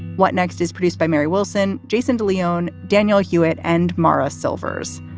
what next is produced by mary wilson, jason de leon, danielle hewett and mara silvers.